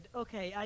okay